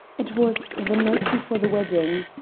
it was the night before the wedding.